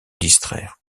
distraire